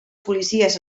policies